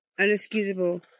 unexcusable